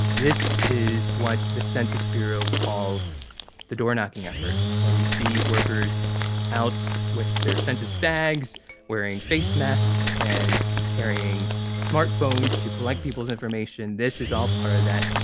this is what the census bureau calls the doorknocking effort. when you see workers out with their census bags wearing face masks and carrying smartphones to collect people's information. this is all part of that.